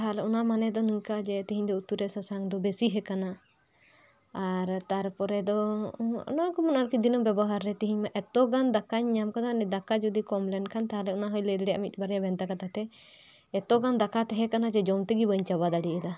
ᱛᱟᱦᱚᱞᱮ ᱚᱱᱟ ᱢᱟᱱᱮ ᱫᱚ ᱱᱚᱝᱠᱟ ᱛᱤᱦᱤᱧ ᱫᱚ ᱩᱛᱩ ᱨᱮ ᱥᱟᱥᱟᱝ ᱫᱚ ᱵᱤᱥᱤ ᱟᱠᱟᱱᱟ ᱟᱨ ᱛᱟᱨᱯᱚᱨᱮ ᱫᱚ ᱚᱱᱟ ᱠᱚ ᱢᱟᱱᱮ ᱫᱤᱱᱚᱢ ᱵᱮᱵᱚᱦᱟᱨ ᱨᱮ ᱛᱤᱦᱤᱧ ᱢᱟ ᱮᱛᱚ ᱜᱟᱱ ᱫᱟᱠᱟᱧ ᱧᱟᱢ ᱟᱠᱟᱫᱟ ᱫᱟᱠᱟ ᱡᱩᱫᱤ ᱠᱚᱢ ᱞᱮᱱ ᱠᱷᱟᱱ ᱛᱟᱦᱚᱞᱮ ᱚᱱᱟ ᱦᱚᱭ ᱞᱟᱹᱭ ᱫᱟᱲᱮᱭᱟᱜᱼᱟ ᱢᱤᱫ ᱵᱟᱨᱭᱟ ᱵᱷᱮᱱᱛᱟ ᱠᱟᱛᱷᱟ ᱛᱮ ᱮᱛᱚ ᱜᱟᱱ ᱫᱟᱠᱟ ᱛᱟᱸᱦᱮ ᱠᱟᱱᱟ ᱡᱮ ᱡᱚᱢ ᱛᱮᱜᱮ ᱵᱟᱹᱧ ᱪᱟᱵᱟ ᱫᱟᱲᱮᱣᱟᱫᱟ